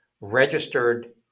registered